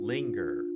Linger